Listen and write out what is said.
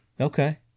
Okay